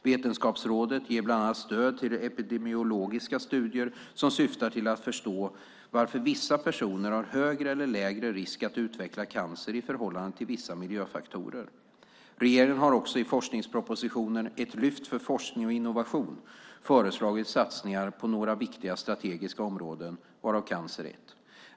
Vetenskapsrådet ger bland annat stöd till epidemiologiska studier som syftar till att förstå varför vissa personer har högre eller lägre risk att utveckla cancer i förhållande till vissa miljöfaktorer. Regeringen har också i forskningspropositionen Ett lyft för forskning och innovation föreslagit satsningar på några viktiga strategiska områden, varav cancer är ett.